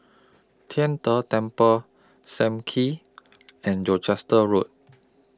Tian De Temple SAM Kee and Gloucester Road